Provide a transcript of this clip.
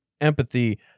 empathy